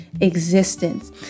existence